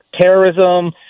terrorism